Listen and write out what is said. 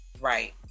Right